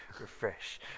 refresh